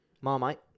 Marmite